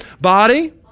Body